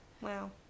Wow